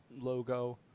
logo